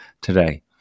today